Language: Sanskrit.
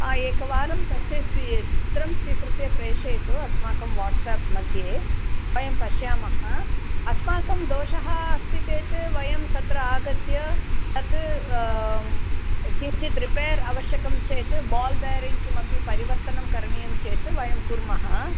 एकवारं तस्य चित्रं स्वीकृत्य प्रेषयतु अस्माकं वाट्सेप् मध्ये वयं पश्यामः अस्माकं दोषः अस्ति चेत् वयं तत्र आगत्य तत् किञ्चित् रिपेर् आवश्यकम् चेत् बाल् बेरिङ्ग् किमपि परिवर्तनं करणीयं चेत् वयं कुर्मः